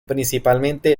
principalmente